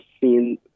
seen